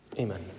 Amen